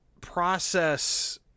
process